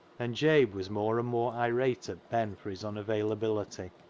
and jabe was more and more irate at ben for his unavailability.